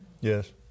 Yes